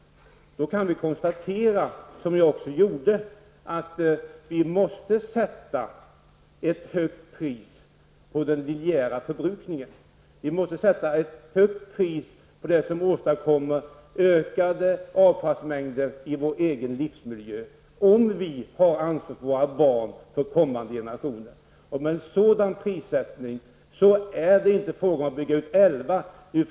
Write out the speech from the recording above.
Då kan vi konstatera, vilket jag också gjorde, att vi måste sätta ett högt pris på den lineära förbrukningen. Vi måste sätta ett högt pris på det som åstadkommer ökade avfallsmängder i vår egen livsmiljö om vi skall ta ansvar för våra barn och för kommande generationer. Med en sådan prissättning är det inte fråga om att bygga ut älvar.